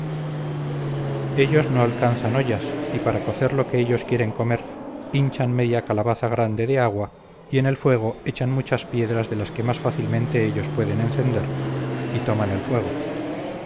ellos no alcanzan ollas y para cocer lo que ellos quieren comer hinchan media calabaza grande de agua y en el fuego echan muchas piedras de las que más fácilmente ellos pueden encender y toman el fuego